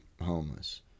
homeless